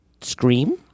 Scream